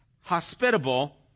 hospitable